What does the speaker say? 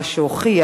מה שהוכיח,